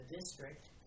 district